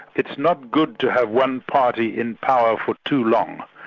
it's not good to have one party in power for too long,